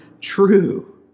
true